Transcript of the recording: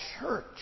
church